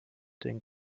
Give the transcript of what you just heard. den